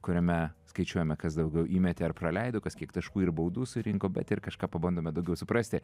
kuriame skaičiuojame kas daugiau įmetė ir praleido kas kiek taškų ir baudų surinko bet ir kažką pabandome daugiau suprasti